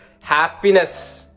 happiness